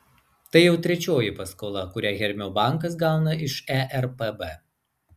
tai jau trečioji paskola kurią hermio bankas gauna iš erpb